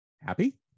Happy